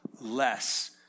less